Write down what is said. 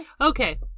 Okay